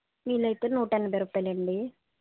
వీలైతే నూటెనభై రూపాయిలండి